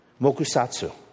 Mokusatsu